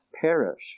perish